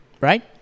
right